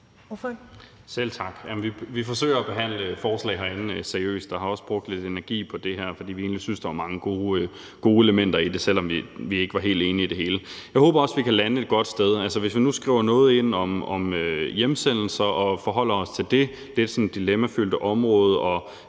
Selv tak. Vi forsøger at behandle forslag herinde seriøst og har også brugt lidt energi på det her, fordi vi egentlig syntes, at der var mange gode elementer i det, selv om vi ikke var helt enige i det hele. Jeg håber også, at vi kan lande det et godt sted. Hvis vi nu skriver noget ind om hjemsendelser og forholder os til det lidt dilemmafyldte område